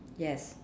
yes